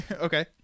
Okay